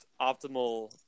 optimal